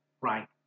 right